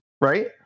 right